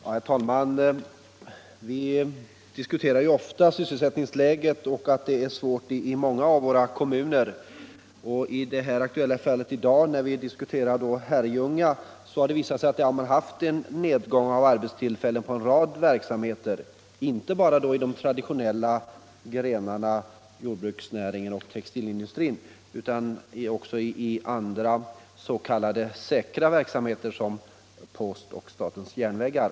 Herr talman! Vi diskuterar ofta sysselsättningsläget, som är svårt i många av våra kommuner. I det aktuella fallet, när vi diskuterar situationen i Herrljunga kommun, har det visat sig att man där har haft en nedgång av antalet arbetstillfällen i en rad verksamheter, inte bara i de traditionella grenarna jordbruksnäringen och textilindustrin utan också i s.k. ”säkra” verksamheter som posten och statens järnvägar.